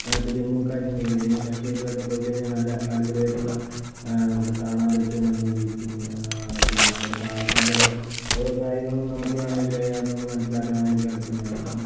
ഇപ്പോൾ ജമ്മു കാശ്മീര് ജമ്മു കാശ്മീരിലൊക്കെ പോയി കഴിഞ്ഞാൽ നല്ല അടിപൊളിയായിട്ടുളള നമുക്ക് കാണാൻ പറ്റും മഞ്ഞു വീഴ്ചയും പിന്നെ അവിടുത്തെ ആൾക്കാരുടെ ഓരോ കാര്യങ്ങളും നമുക്ക് വേണമെങ്കില് അതിനകത്ത് നിന്ന് മനസ്സിലാക്കാൻ വേണ്ടി സാധിക്കുന്നതാണ് അപ്പം